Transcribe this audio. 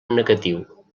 negatiu